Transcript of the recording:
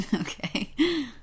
Okay